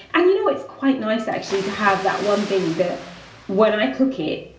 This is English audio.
and you know, it's quite nice actually to have that one thing that when i cook it,